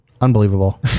Unbelievable